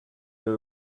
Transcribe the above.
very